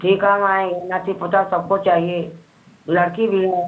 ठीक है हम आएँगे नाती पोता सबको चाहिए लड़की भी है